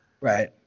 Right